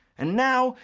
and now,